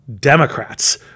Democrats